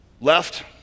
left